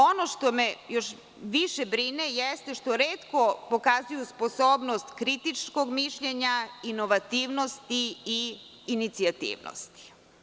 Ono što me još više brine jeste što retko pokazuju sposobnost kritičkog mišljenja, inovativnosti i inicijativnosti.